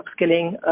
upskilling